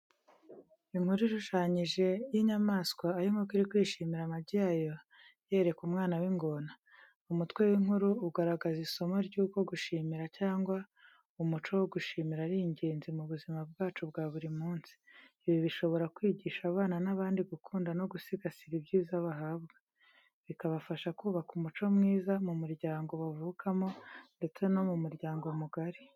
Inkuru ishushanyije y'inyamaswa, aho inkoko iri kwishimira amagi yayo yereka umwana w'ingona. Umutwe w’inkuru ugaragaza isomo ry’uko gushimira cyangwa umuco wo gushimira ari ingenzi mu buzima bwacu bwa buri munsi. Ibi bishobora kwigisha abana n’abandi gukunda no gusigasira ibyiza bahabwa. Bikabafasha kubaka umuco mwiza mu muryango bavukamo ndetse no mu muryango mugari.